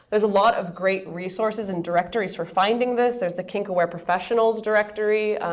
there's a lot of great resources in directories for finding this. there's the kink aware professionals directory.